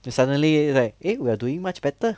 then suddenly like eh we are doing much better